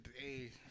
Hey